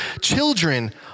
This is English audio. children